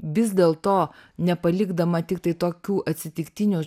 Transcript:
vis dėl to nepalikdama tiktai tokių atsitiktinių